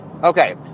Okay